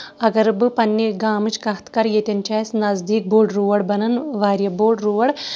اَگر بہٕ پَنٕنے گامٕچ کَتھ کرٕ ییٚتٮ۪ن چھُ اَسہِ نزدیٖک بوٚڑ روڑ بَنان واریاہ بوٚڑ روڑ